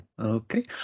okay